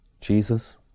Jesus